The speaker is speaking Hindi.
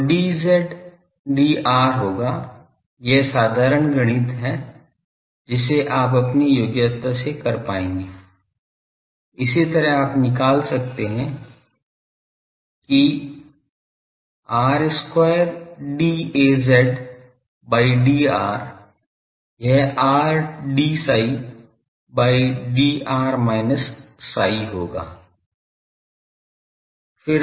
तो dz dr होगा यह साधारण गणित है जिसे आप अपनी योग्यता से कर पाएंगे इसी तरह आप निकाल सकते हैं कि r square dAz by dr यह r dψ by dr minus psi होगा